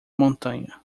montanha